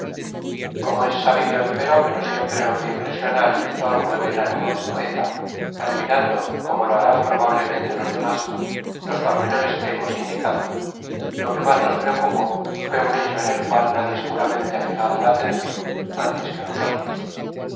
como es sabido empero que no siempre lo que impresiona al lector mueve el ánimo del poeta admirando como lo harán probablemente los demás los pormenores que hemos indicado lo que mas nos preocupó fué un hecho en el cual nadie seguramente ha fijado la atencion antes que nosotros